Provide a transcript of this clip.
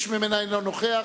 איש ממנה אינו נוכח.